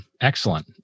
Excellent